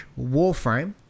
Warframe